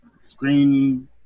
Screen